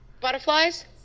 Butterflies